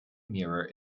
mirror